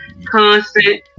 constant